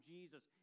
Jesus